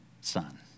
son